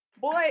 Boy